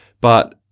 But-